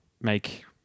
make